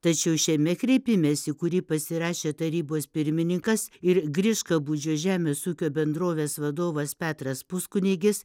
tačiau šiame kreipimesi kurį pasirašė tarybos pirmininkas ir griškabūdžio žemės ūkio bendrovės vadovas petras puskunigis